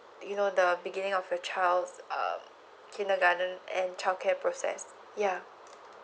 you know the beginning of your child's err kindergarten and childcare process yeah